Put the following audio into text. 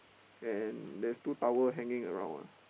and there's two towel hanging around ah